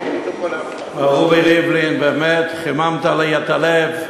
מר רובי ריבלין, באמת, חיממת לי את הלב,